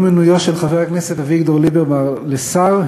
עם מינויו של חבר הכנסת אביגדור ליברמן לשר,